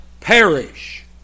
perish